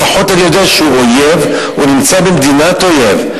לפחות אני יודע שהוא אויב, הוא נמצא במדינת אויב.